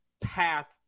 path